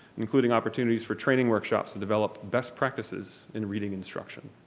including opportunities for training workshops to develop best practices in reading instruction.